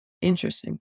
Interesting